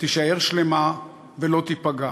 תישאר שלמה ולא תיפגע.